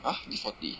!huh! give forty